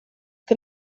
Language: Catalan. que